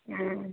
ಹ್ಞೂ